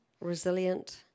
resilient